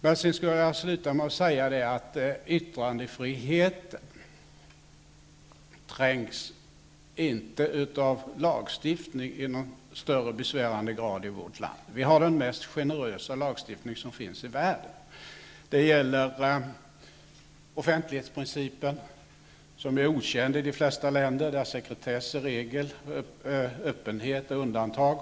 Avslutningsvis vill jag säga att yttrandefriheten inte är trängd av lagstiftning i någon mer besvärande grad i vårt land. Vi har den mest generösa lagstiftning som finns i världen. Det gäller offentlighetsprincipen, som är okänd i de flesta länder, där sekretess är regel och öppenhet undantag.